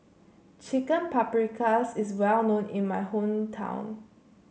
Chicken Paprikas is well known in my hometown